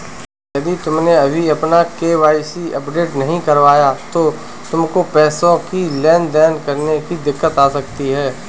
यदि तुमने अभी अपना के.वाई.सी अपडेट नहीं करवाया तो तुमको पैसों की लेन देन करने में दिक्कत आ सकती है